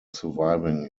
surviving